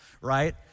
right